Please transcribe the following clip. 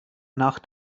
nach